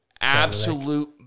absolute